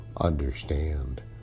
understand